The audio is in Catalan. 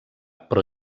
però